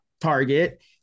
target